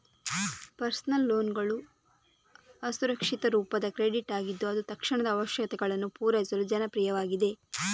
personal ಲೋನ್ಗಳು ಅಸುರಕ್ಷಿತ ರೂಪದ ಕ್ರೆಡಿಟ್ ಆಗಿದ್ದು ಅದು ತಕ್ಷಣದ ಅವಶ್ಯಕತೆಗಳನ್ನು ಪೂರೈಸಲು ಜನಪ್ರಿಯವಾಗಿದೆ